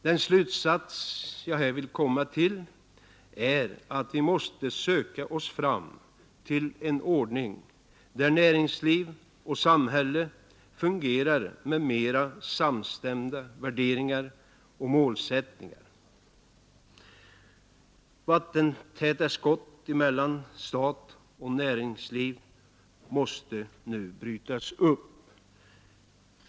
Den slutsats jag vill komma till är att vi måste söka oss fram till en ordning där näringsliv och samhälle fungerar med mera samstämmiga värderingar och målsättningar. Vattentäta skott mellan stat och näringsliv måste nu brytas upp.